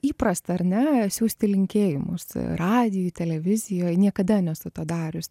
įprasta ar ne siųsti linkėjimus radijuj televizijoj niekada nesu to darius